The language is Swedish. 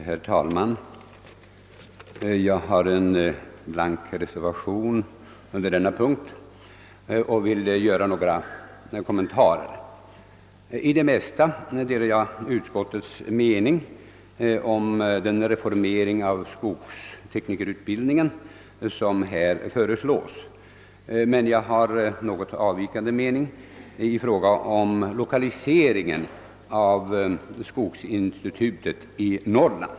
Herr talman! Jag har avgivit en blank reservation under denna punkt och vill göra några kommentarer till den. I det mesta delar jag utskottets mening om den reform av skogsteknikerutbildningen som här föreslås. Men jag har en något avvikande mening när det gäller lokaliseringen av skogsinstitutet i Norrland.